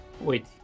wait